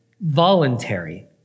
Voluntary